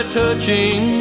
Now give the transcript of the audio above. touching